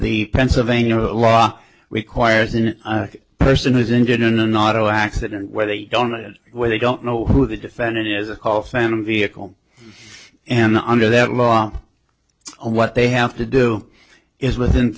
the pennsylvania law requires a person who is injured in an auto accident where they don't know where they don't know who the defendant is a call phantom vehicle and under that law what they have to do is within